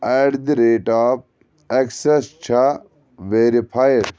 eight the rate of access چھا verified